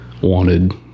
wanted